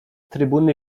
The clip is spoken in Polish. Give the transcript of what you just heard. trybuny